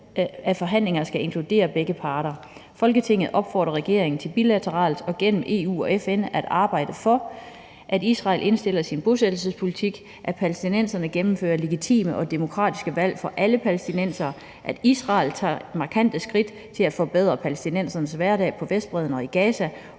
at forhandlinger skal inkludere begge parter. Folketinget opfordrer regeringen til bilateralt og gennem EU og FN at arbejde for, - at Israel indstiller sin bosættelsespolitik, - at palæstinenserne gennemfører legitime og demokratiske valg for alle palæstinensere, - at Israel tager markante skridt til at forbedre palæstinensernes hverdag på Vestbredden og i Gaza,